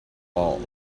all